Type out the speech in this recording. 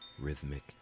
rhythmic